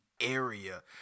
area